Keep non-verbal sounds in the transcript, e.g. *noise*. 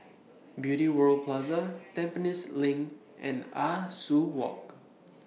Beauty World Plaza *noise* Tampines LINK and Ah Soo Walk